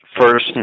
First